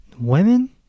Women